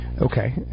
Okay